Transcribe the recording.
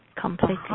completely